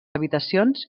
habitacions